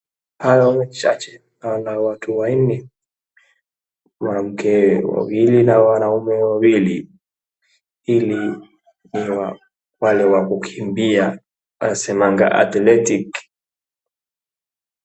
Hayo chache pana watu wanne, wanawake wawili na wanaume wawili ili ni wale wa kukimbia. Wasemaga athletic .